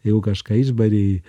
jeigu kažką išbarei